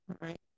right